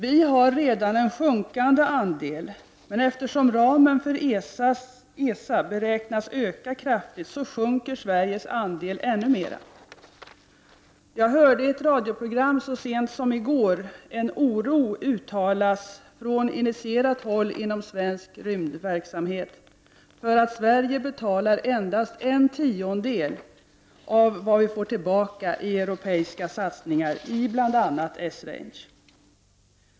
Vår andel är redan sjunkande, och eftersom ramen för ESA beräknas öka kraftigt, sjunker Sveriges andel ännu mer. Jag hörde i ett radioprogram så sent som i går att man från initierat håll inom svensk rymdverksamhet uttalade oro över att Sverige betalar endast en tiondel av vad vi får tillbaka i europeiska satsningar i bl.a. Esrange.